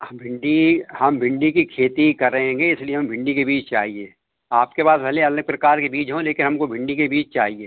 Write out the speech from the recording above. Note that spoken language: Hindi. हम भिंडी हम भिंडी की खेती करेंगे इसलिए हमें भिंडी के बीज चाहिए आपके पास भले अन्य प्रकार के बीज हों लेकिन हमको भिंडी के बीज चाहिए